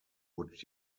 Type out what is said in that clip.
would